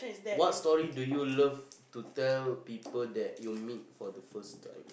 what story do you love to tell people that you meet for the first time